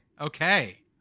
Okay